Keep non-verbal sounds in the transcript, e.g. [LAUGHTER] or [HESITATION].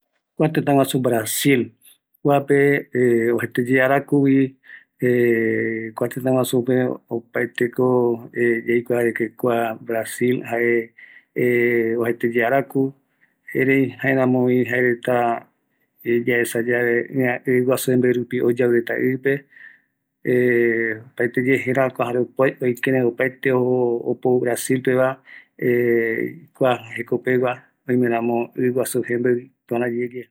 Kua tetaguasu Brasi, kuape uajaete yae araku vi [HESITATION] kua teta guasu pe, opaeteco yaikua [HESITATION] de que kua Brasil jae [HESITATION] uajaeteye araku, erei jaeramo vi jaereta yaesa yave iguasu jembeirupi oyaureta ipe [HESITATION] opaeteye jerakua, jare ikirei opaete opo Brasil peva [HESITATION] kua jekopegua oimeramo iguasu jembei iporayeye